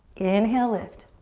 inhale, lift.